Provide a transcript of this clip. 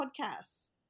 podcasts